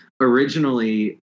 Originally